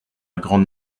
grande